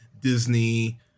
Disney